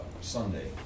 Sunday